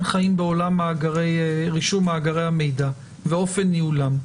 חיים בעולם רישום מאגרי המידע ואופן ניהולם,